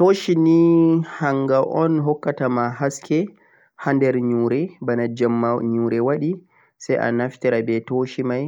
tooshi nei hangha o'n don hokkata ma haske hander yuure boona jimma yuure woodi sai anaftira be tooshi mei